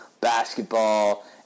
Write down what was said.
basketball